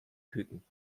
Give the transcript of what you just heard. küken